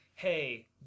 hey